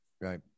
Right